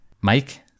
Mike